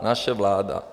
Naše vláda.